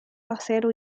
acero